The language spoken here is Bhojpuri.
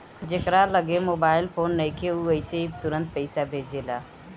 जेकरा लगे मोबाईल फोन नइखे उ अइसे ही तुरंते पईसा भेजेला